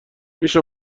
میشه